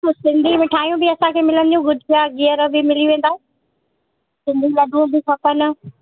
सिंधी मिठायूं बि असांखे मिलंदियूं गुजिया गीहर बि मिली वेंदा सिंधी लडूं बि खपनि